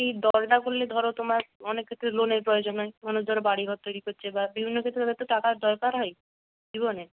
এই দলটা খুললে ধরো তোমার অনেক লোনের প্রয়োজন হয় মানুষ ধরো বাড়ি ঘর তৈরি করছে বা বিভিন্ন ক্ষেত্রে তাদের তো টাকার দরকার হয় জীবনে